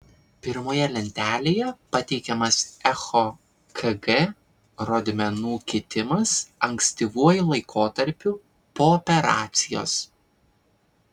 pirmoje lentelėje pateikiamas echokg rodmenų kitimas ankstyvuoju laikotarpiu po operacijos